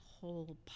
whole